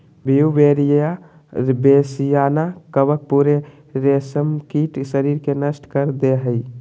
Beauveria bassiana कवक पूरे रेशमकीट शरीर के नष्ट कर दे हइ